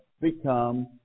become